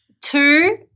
Two